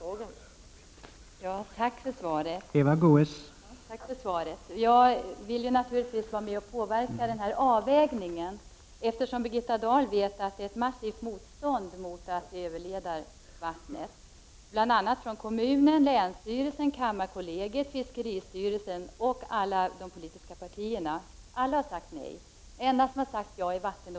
Då Åsa Domeij, som framställt frågan, anmält att hon var förhindrad att närvara vid sammanträdet, medgav andre vice talmannen att Eva Goés i stället fick delta i överläggningen.